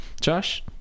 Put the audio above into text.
Josh